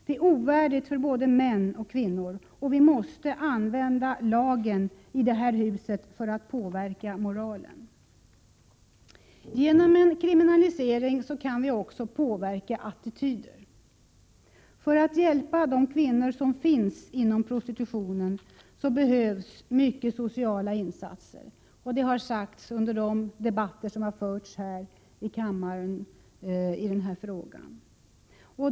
Det är ovärdigt för både män och kvinnor. Vi måste använda lagen i det här huset för att påverka moralen. Genom en kriminalisering kan vi också påverka attityder. För att hjälpa de kvinnor som finns inom prostitutionen behövs mycket av sociala insatser. Det har sagts under de debatter som har förts här i kammaren i den frågan.